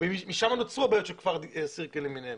ושם נוצרו הבעיות של כפר סירקין למיניהן.